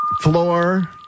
floor